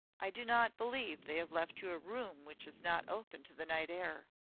i do not believe they have left you a room which is not open to the night air.